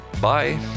Bye